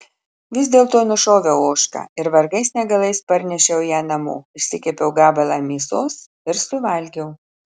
vis dėlto nušoviau ožką ir vargais negalais parnešiau ją namo išsikepiau gabalą mėsos ir suvalgiau